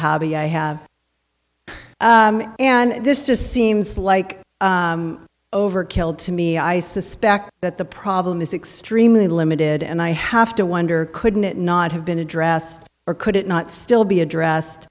hobby i have and this just seems like overkill to me i suspect that the problem is extremely limited and i have to wonder couldn't it not have been addressed or could it not still be addressed